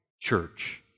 church